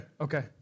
Okay